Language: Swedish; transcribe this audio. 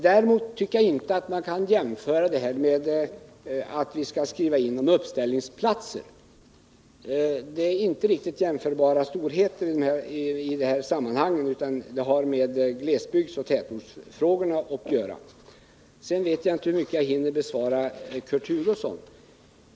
Däremot tycker jag att man, som utskottet gjort, kan skriva in i tillståndet någonting om uppställningsplatserna, eftersom det har med glesbygdsoch tätortsfrågorna att göra. Ett krav på anslutning till beställningscentraler i det här sammanhanget är däremot inte jämförbart med detta. Jag vet inte i vilken utsträckning jag hinner bemöta Kurt Hugosson.